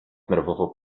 nerwowo